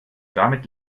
damit